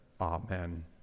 Amen